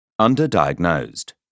Underdiagnosed